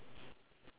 ya